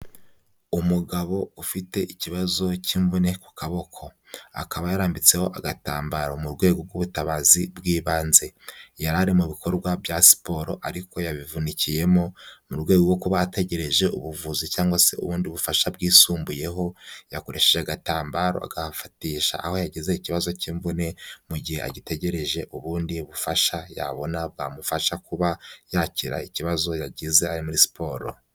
Umugabo ufite ikibazo cy'imvune ku kaboko, akaba yarambitseho agatambaro mu rwego rw'ubutabazi bw'ibanze, yari ari mu bikorwa bya siporo ariko yabivunikiyemo, mu rwego rwo kuba ategereje ubuvuzi cyangwa se ubundi bufasha bwisumbuyeho, yakoresheje agatambaro agafatisha aho yagize ikibazo cy'imvune, mu gihe agitegereje ubundi bufasha yabona bwamufasha kuba yakira ikibazo yagize muri siporo.